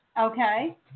Okay